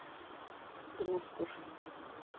Dinajpur